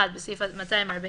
(1)בסעיף 240,